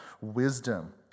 wisdom